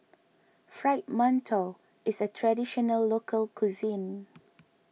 Fried Mantou is a Traditional Local Cuisine